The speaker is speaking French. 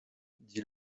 dit